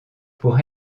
pour